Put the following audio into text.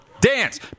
Dance